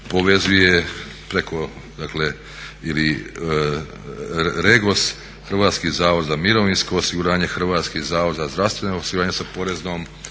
institucije, a to je REGOS, Hrvatski zavod za mirovinsko osiguranje, Hrvatski zavod za zdravstveno osiguranje sa Poreznom